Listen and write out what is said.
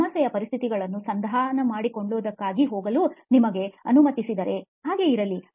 ಸಮಸ್ಯೆಯ ಪರಿಸ್ಥಿತಿಗಳು ಸಂಧಾನ ಮಾಡಿಕೊಳ್ಳುವು ದಕ್ಕಾಗಿ ಹೋಗಲು ನಿಮಗೆ ಅನುಮತಿಸಿದರೆ ಹಾಗೇ ಇರಲಿ